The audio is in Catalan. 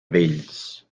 vells